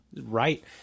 Right